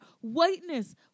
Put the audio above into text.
whiteness